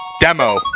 demo